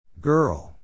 Girl